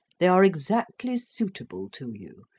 they are exactly suitable to you.